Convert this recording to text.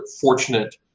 fortunate